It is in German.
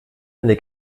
eine